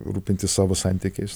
rūpintis savo santykiais